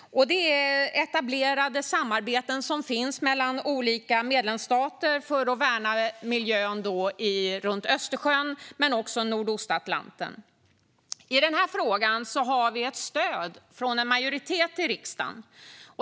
Det är etablerade samarbeten som finns mellan olika medlemsstater för att värna miljön runt Östersjön men också i Nordostatlanten. I den frågan har vi ett stöd från en majoritet i riksdagen.